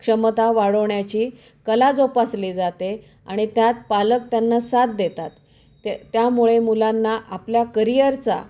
क्षमता वाढवण्याची कला जोपासली जाते आणि त्यात पालक त्यांना साथ देतात त्या त्यामुळे मुलांना आपल्या करियरचा